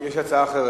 יש הצעה אחרת.